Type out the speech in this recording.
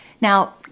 Now